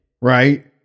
right